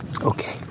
Okay